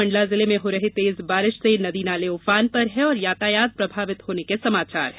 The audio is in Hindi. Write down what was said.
मंडला जिले में हो रहे तेज बारिश से नदी नाले उफान पर है और यातायात प्रभावित होने के समाचार है